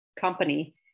company